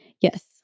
Yes